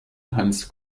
hans